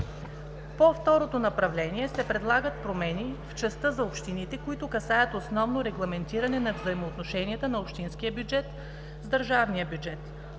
По второто направление се предлагат промени в частта за общините, които касаят основно регламентиране на взаимоотношенията на общинския бюджет с държавния бюджет